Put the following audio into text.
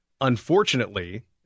Unfortunately